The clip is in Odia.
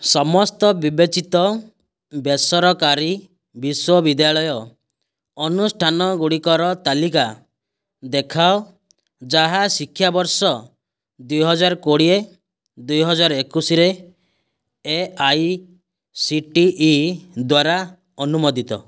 ସମସ୍ତ ବିବେଚିତ ବେସରକାରୀ ବିଶ୍ୱବିଦ୍ୟାଳୟ ଅନୁଷ୍ଠାନ ଗୁଡ଼ିକର ତାଲିକା ଦେଖାଅ ଯାହା ଶିକ୍ଷାବର୍ଷ ଦୁଇ ହଜାର କୋଡ଼ିଏ ଦୁଇ ହଜାର ଏକୋଇଶରେ A I C T E ଦ୍ଵାରା ଅନୁମୋଦିତ